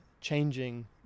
changing